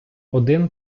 один